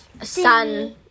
sun